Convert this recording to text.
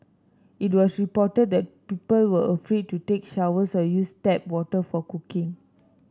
it was reported that people were afraid to take showers or use tap water for cooking